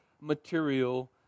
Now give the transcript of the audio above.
material